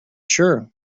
sure